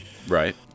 Right